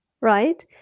Right